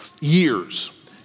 years